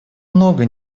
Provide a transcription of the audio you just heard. много